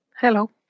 Hello